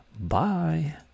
Bye